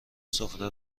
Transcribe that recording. سفره